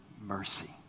mercy